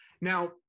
now